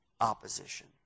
opposition